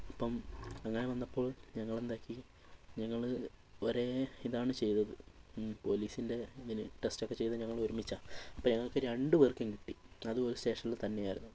ഇപ്പം അങ്ങനെ വന്നപ്പോൾ ഞങ്ങളെന്താക്കി ഞങ്ങൾ ഒരേ ഇതാണ് ചെയ്തത് പോലീസിൻ്റെ ഇതിന് ടെസ്റ്റൊക്കെ ചെയ്തത് ഞങ്ങളൊരുമിച്ചാണ് അപ്പം ഞങ്ങൾക്ക് രണ്ടുപേർക്കും കിട്ടി അതും ഒരു സ്റ്റേഷനിൽ തന്നെയായിരുന്നു